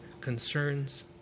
concerns